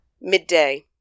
Midday